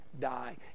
die